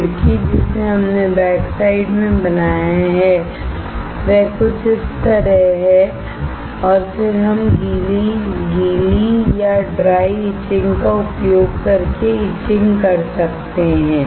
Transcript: खिड़की जिसे हमने बैकसाइड में बनाया है वह कुछ इस तरह है और फिर हम गीली या ड्राई इचिंग का उपयोग करके इचिंग कर सकते हैं